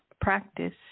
practice